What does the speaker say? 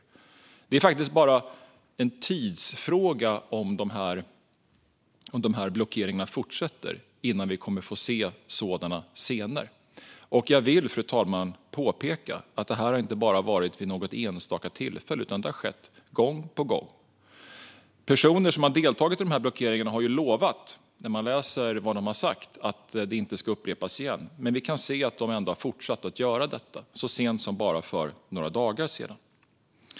Om de här blockeringarna fortsätter är det faktiskt bara en tidsfråga innan vi kommer att få se sådana scener. Fru talman! Jag vill påpeka att det här inte bara har förekommit vid något enstaka tillfälle utan har skett gång på gång. Man har kunnat läsa att personer som deltagit i de här blockeringarna lovat att det inte ska upprepas. Men vi kan se att de ändå har fortsatt att göra detta. Det skedde så sent som bara för några dagar sedan.